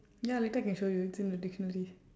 ya later I can show you it's in the dictionary